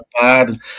bad